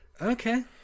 Okay